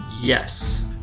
Yes